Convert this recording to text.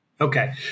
Okay